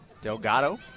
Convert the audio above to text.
Delgado